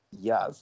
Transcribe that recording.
Yes